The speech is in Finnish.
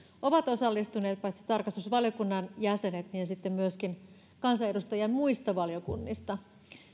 ovat osallistuneet paitsi tarkastusvaliokunnan jäsenet myöskin kansanedustajia muista valiokunnista